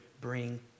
bring